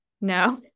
No